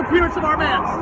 appearance of our man.